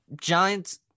Giants